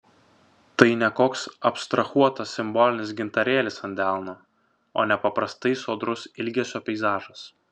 tai ne koks abstrahuotas simbolinis gintarėlis ant delno o nepaprastai sodrus ilgesio peizažas